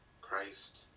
Christ